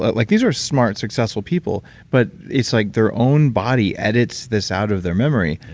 like these are smart, successful people but it's like their own body edits this out of their memory,